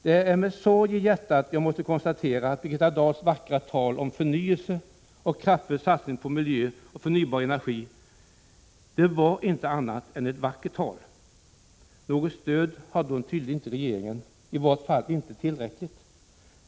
Det är med sorg i hjärtat jag måste konstatera att Birgitta Dahls vackra tal om förnyelse och kraftfull satsning på miljö och förnybar energi ingenting annat var än vackert tal. Något stöd hade hon tydligen inte i regeringen, i vart fall inte tillräckligt.